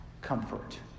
comfort